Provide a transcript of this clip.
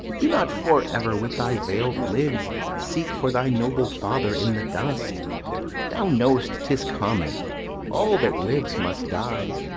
do not for ever with thy vailed lids seek for thy noble father in the dust thou know'st tis common all that lives must die,